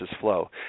flow